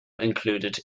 included